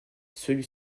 celui